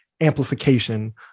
amplification